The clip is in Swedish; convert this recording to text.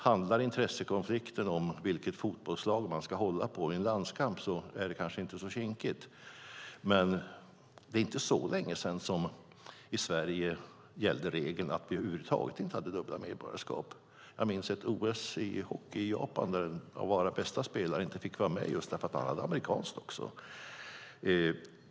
Handlar intressekonflikten om vilket fotbollslag man ska hålla på i en landskamp är det kanske inte så kinkigt, men det är inte så länge sedan som vi i Sverige över huvud taget inte hade en regel som gällde dubbla medborgarskap. Jag minns ett OS i hockey i Japan där en av våra bästa spelare inte fick vara med just därför att han också hade amerikanskt medborgarskap.